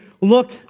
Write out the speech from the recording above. look